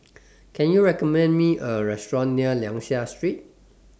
Can YOU recommend Me A Restaurant near Liang Seah Street